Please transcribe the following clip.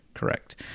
Correct